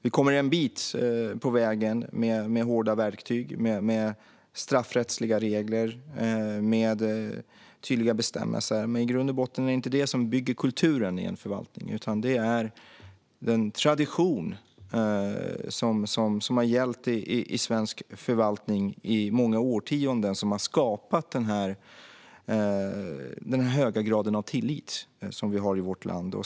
Vi kommer en bit på väg med hårda verktyg, straffrättsliga regler och tydliga bestämmelser, men i grund och botten är det inte detta som bygger kulturen, utan det är den tradition som har gällt i svensk förvaltning i många årtionden som har skapat den höga grad av tillit som vi har i vårt land.